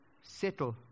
settle